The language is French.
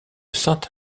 sainte